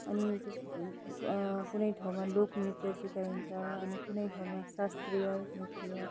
अनि जस्तै कुनै ठाउँमा लोकनृत्य सिकाइन्छ अनि कुनै ठाउँमा शास्त्रीय नृत्य